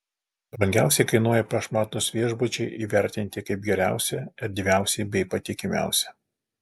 brangiausiai kainuoja prašmatnūs viešbučiai įvertinti kaip geriausi erdviausi bei patikimiausi